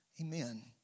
Amen